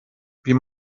wie